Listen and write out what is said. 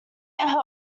despite